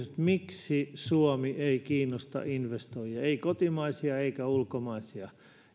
miksi suomi ei kiinnosta investoijia ei kotimaisia eikä ulkomaisia